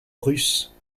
russe